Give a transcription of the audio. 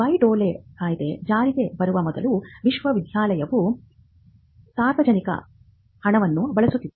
Bayh Dole ಕಾಯ್ದೆ ಜಾರಿಗೆ ಬರುವ ಮೊದಲು ವಿಶ್ವವಿದ್ಯಾಲಯವು ಸಾರ್ವಜನಿಕ ಹಣವನ್ನು ಬಳಸುತ್ತಿತ್ತು